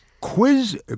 Quiz